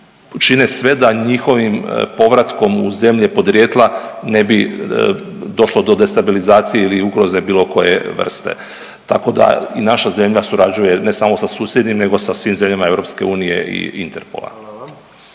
čine sve da njihovim povratkom u zemlje podrijetla ne bi došlo do destabilizacije ili ugroze bilo koje vrste. Tako da i naša zemlja surađuje ne samo sa susjednim nego sa svim zemljama EU i Interpola.